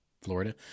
Florida